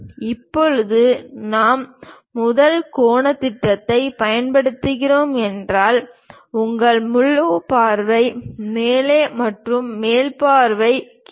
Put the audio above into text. இப்போது நாம் முதல் கோணத் திட்டத்தைப் பயன்படுத்துகிறோம் என்றால் உங்கள் முன் பார்வை மேலே மற்றும் மேல் பார்வை கீழே